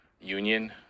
union